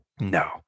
no